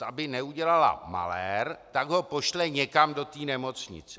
Aby neudělala malér, tak ho pošle někam do té nemocnice.